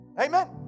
Amen